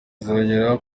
izongera